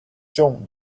john